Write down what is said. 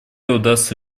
удастся